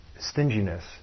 stinginess